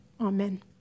Amen